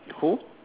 who